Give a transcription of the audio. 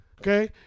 Okay